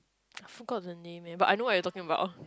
I forgot the name eh but I know what you are talking about